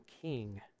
king